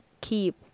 keep